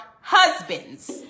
husbands